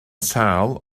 sâl